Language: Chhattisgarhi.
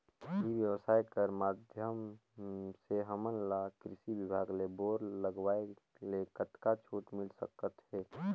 ई व्यवसाय कर माध्यम से हमन ला कृषि विभाग ले बोर लगवाए ले कतका छूट मिल सकत हे?